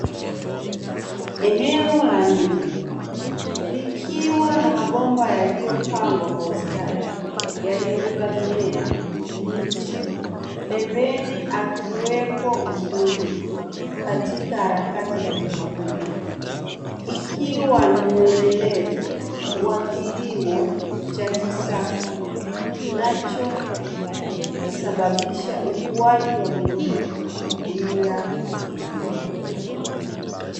Eneo la nje likiwa na mabomba yaliyopandwa kwa ustadi yaliyobeba mimea, miche, pembeni akiwepo mkulima katika harakati za kumwagilia, ikiwa ni muendelezo wa kilimo cha kisasa kinachosababisha ukuaji wa mimea bila kutumia udongo.